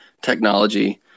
technology